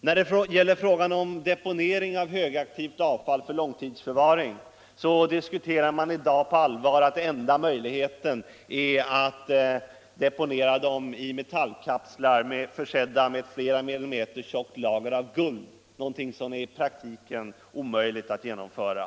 När det gäller frågan om deponering av högaktivt avfall för långtidsförvaring diskuterar man i dag på allvar att enda möjligheten är att deponera avfallet i metallkapslar försedda med ett flera millimeter tjockt lager av guld — något som i praktiken är omöjligt att genomföra.